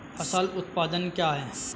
फसल उत्पादन क्या है?